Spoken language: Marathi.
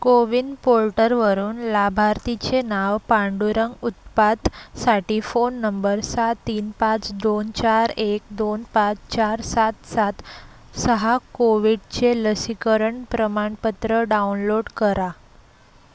कोविन पोर्टरवरून लाभार्थीचे नाव पांडुरंग उत्पातसाठी फोन नंबर सात तीन पाच दोन चार एक दोन पाच चार सात सात सहा कोविडचे लसीकरण प्रमाणपत्र डाउनलोड करा